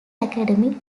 academy